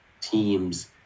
teams